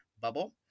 bubble